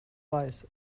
weiß